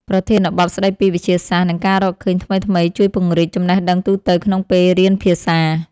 ប្រធានបទស្ដីពីវិទ្យាសាស្ត្រ និងការរកឃើញថ្មីៗ ជួយពង្រីកចំណេះដឹងទូទៅក្នុងពេលរៀនភាសា។